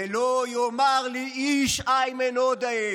ולא יאמר לי איש" איימן עודה,